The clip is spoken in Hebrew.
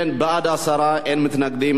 בעד, 10, אין מתנגדים.